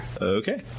Okay